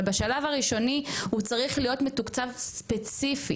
אבל בשלב הראשוני הוא צריך להיות מתוקצב ספציפית,